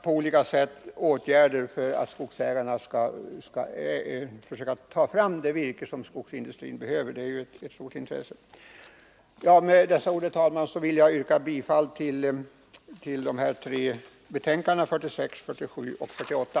så att av utskottsbetänkandet — att på olika skogsägarna tar fram det virke som skogsindustrin behöver — något som är av stort intresse. Med dessa ord, fru talman, yrkar jag bifall till vad näringsutskottet hemställt i betänkandena 46, 47 och 48.